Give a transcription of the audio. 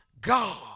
God